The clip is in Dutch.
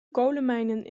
kolenmijnen